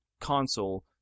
console